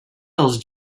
dels